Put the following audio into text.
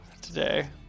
today